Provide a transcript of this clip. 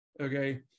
okay